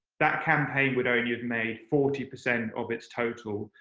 that campaign would only have made forty percent of its total,